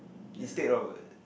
instead of a